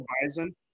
horizon